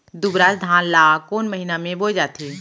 दुबराज धान ला कोन महीना में बोये जाथे?